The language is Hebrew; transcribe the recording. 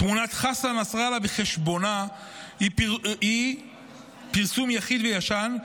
תמונת חסן נסראללה בחשבונה היא פרסום יחיד וישן,